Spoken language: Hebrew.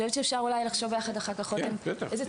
אולי אפשר לחשוב בצורה יצירתית,